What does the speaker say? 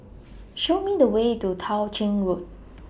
Show Me The Way to Tao Ching Road